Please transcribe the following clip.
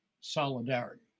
solidarity